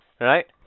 right